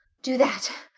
do that.